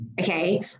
okay